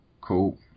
Cool